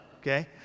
okay